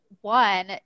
one